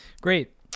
Great